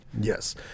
Yes